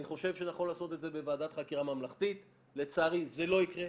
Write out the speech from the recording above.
אני חושב שנכון לעשות את זה בוועדת חקירה ממלכתית ולצערי זה לא יקרה,